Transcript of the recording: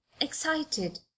excited